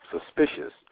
suspicious